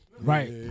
Right